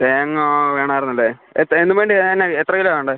തേങ്ങ വേണമായിരുന്നു അല്ലേ എന്നും വേണ്ടിയാ വേണ്ടത് എത്ര കിലോയാ വേണ്ടത്